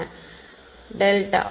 மாணவர் டெல்டா